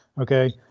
okay